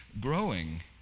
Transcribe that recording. growing